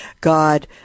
God